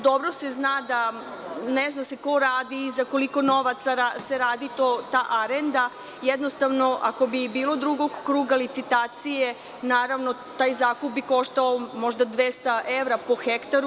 Dobro se zna, ne zna se ko radi, za koliko novaca se radi ta arenda, jednostavno ako bi i bilo drugog kruga licitacije, naravno taj zakup bi koštao možda 200 evra po hektaru.